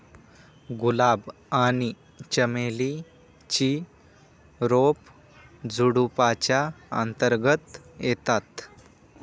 गुलाब आणि चमेली ची रोप झुडुपाच्या अंतर्गत येतात